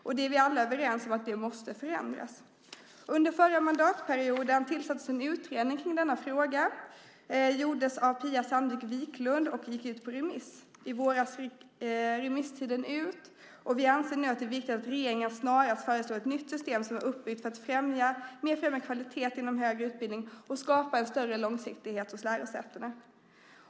Vi är alla överens om att det måste förändras. Under förra mandatperioden tillsattes en utredning i denna fråga; den gjordes av Pia Sandvik Wiklund och gick ut på remiss. I våras gick remisstiden ut. Vi anser att det är viktigt att regeringen snarast föreslår ett nytt system, uppbyggt för att främja kvalitet inom högre utbildning och för att skapa en större långsiktighet hos lärosätena.